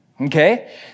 okay